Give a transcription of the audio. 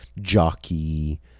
jockey